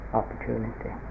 opportunity